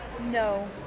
No